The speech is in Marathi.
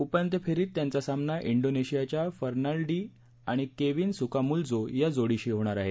उपांत्य फेरीत त्यांचा सामना इंडोनेशियाच्या फर्नाल्डी आणि केविन सुकामूल्जो या जोडीशी होणार आहे